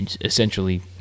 essentially